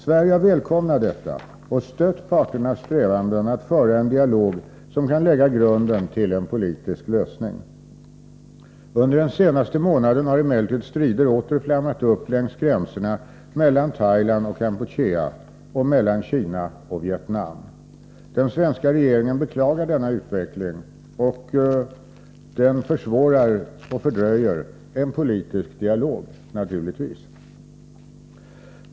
Sverige har välkomnat detta och stött parternas strävanden att föra en dialog som kan lägga grunden till en politisk lösning. Under den senaste månaden har emellertid strider åter flammat upp längs gränserna mellan Thailand och Kampuchea och mellan Kina och Vietnam. Den svenska regeringen beklagar denna utveckling, som naturligtvis försvårar och fördröjer en politisk dialog.